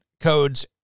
codes